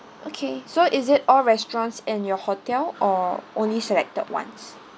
okay so is it all restaurants in your hotel or only selected ones